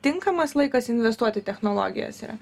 tinkamas laikas investuot į technologijas yra